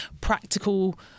practical